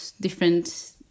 different